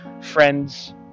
friends